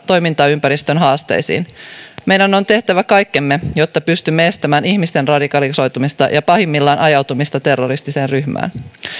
toimintaympäristön haasteisiin meidän on tehtävä kaikkemme jotta pystymme estämään ihmisten radikalisoitumista ja pahimmillaan ajautumista terroristiseen ryhmään